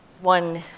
one